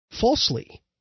falsely